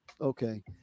Okay